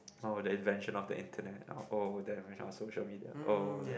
oh the invention of internet oh the invention of social media oh